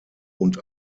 und